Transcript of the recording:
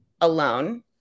alone